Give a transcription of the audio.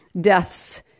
deaths